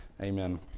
Amen